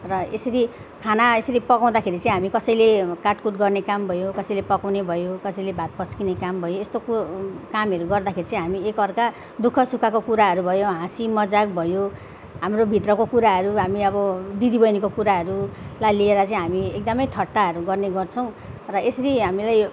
र यसरी खाना यसरी पकाउँदाखेरि चाहिँ हामी कसैले काटकुट गर्ने काम भयो कसैले पकाउने भयो कसैले भात पस्किने काम भयो यस्तोको कामरू गर्दाखेरि चाहिँ हामी एकाअर्का दुःखसुखको कुराहरू भयो हाँसीमजाक भयो हाम्रोभित्रको कुराहरू हामी अब दिदीबहिनीको कुराहरूलाई लिएर चाहिँ हामी एकदमै ठट्टाहरू गर्ने गर्छौँ र यसरी हामीले यो